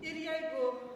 ir jeigu